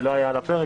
זה לא היה על הפרק,